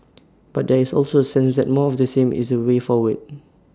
but there is also A sense that more of the same is the way forward